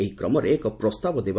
ଏହି କ୍ରମରେ ଏକ ପ୍ରସ୍ତାବ ଦେବ